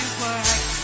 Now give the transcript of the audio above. work